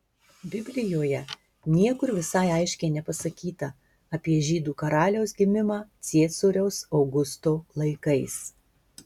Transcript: biblijoje niekur visai aiškiai nepasakyta apie žydų karaliaus gimimą ciesoriaus augusto laikais